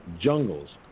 jungles